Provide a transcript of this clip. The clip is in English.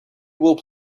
will